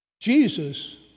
Jesus